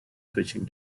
switching